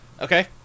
Okay